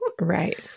Right